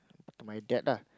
to my dad lah